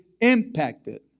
impacted